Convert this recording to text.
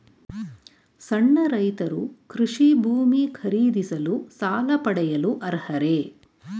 ಸಣ್ಣ ರೈತರು ಕೃಷಿ ಭೂಮಿ ಖರೀದಿಸಲು ಸಾಲ ಪಡೆಯಲು ಅರ್ಹರೇ?